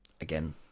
again